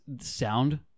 sound